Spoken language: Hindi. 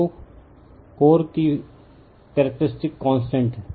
तो Ke कोर की करक्टेरस्टिक कांस्टेंट है